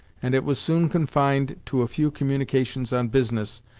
and it was soon confined to a few communications on business,